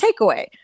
takeaway